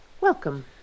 Welcome